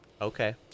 Okay